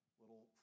little